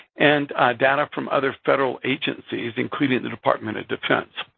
and data from other federal agencies, including the department of defense.